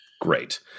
Great